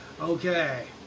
okay